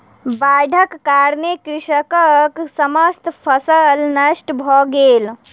बाइढ़क कारणेँ कृषकक समस्त फसिल नष्ट भ गेल